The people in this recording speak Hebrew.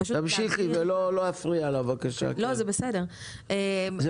תמשיכי, לא להפריע לה בבקשה, כן.